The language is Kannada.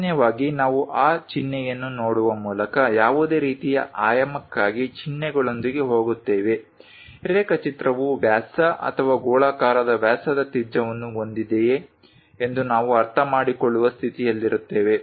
ಸಾಮಾನ್ಯವಾಗಿ ನಾವು ಆ ಚಿಹ್ನೆಯನ್ನು ನೋಡುವ ಮೂಲಕ ಯಾವುದೇ ರೀತಿಯ ಆಯಾಮಕ್ಕಾಗಿ ಚಿಹ್ನೆಗಳೊಂದಿಗೆ ಹೋಗುತ್ತೇವೆ ರೇಖಾಚಿತ್ರವು ವ್ಯಾಸ ಅಥವಾ ಗೋಳಾಕಾರದ ವ್ಯಾಸದ ತ್ರಿಜ್ಯವನ್ನು ಹೊಂದಿದೆಯೆ ಎಂದು ನಾವು ಅರ್ಥಮಾಡಿಕೊಳ್ಳುವ ಸ್ಥಿತಿಯಲ್ಲಿರುತ್ತೇವೆ